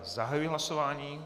Zahajuji hlasování.